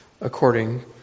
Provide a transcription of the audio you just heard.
according